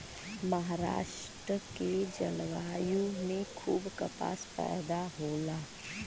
महाराष्ट्र के जलवायु में खूब कपास पैदा होला